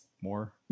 more